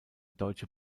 deutsche